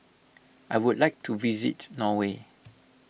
I would like to visit Norway